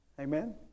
Amen